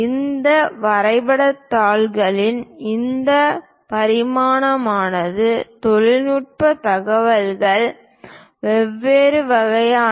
இந்த வரைபடத் தாள்களின் இந்த பரிமாணமானது தொழில்நுட்ப தகவல்கள் வெவ்வேறு வகையானவை